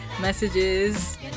messages